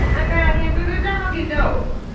and i mean through the doggie door.